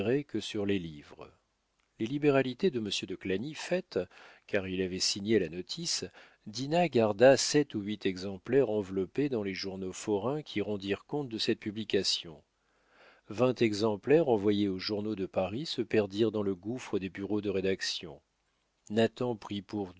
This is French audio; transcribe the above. que sur les livres les libéralités de monsieur de clagny faites car il avait signé la notice dinah garda sept ou huit exemplaires enveloppés dans les journaux forains qui rendirent compte de cette publication vingt exemplaires envoyés aux journaux de paris se perdirent dans le gouffre des bureaux de rédaction nathan pris pour